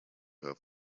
have